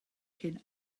cyn